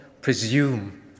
presume